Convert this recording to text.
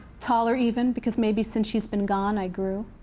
taller even, because maybe since she's been gone, i grew.